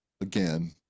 again